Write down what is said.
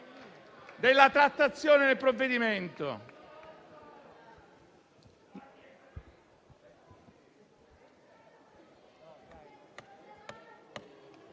della trattazione del provvedimento.